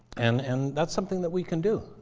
and and that's something that we can do.